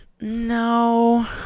no